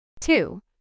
Two